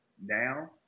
Now